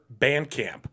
Bandcamp